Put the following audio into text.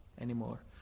anymore